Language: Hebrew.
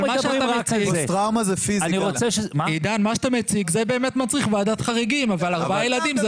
מה שאתה מציג באמת מצריך ועדת חריגים אבל ארבעה ילדים,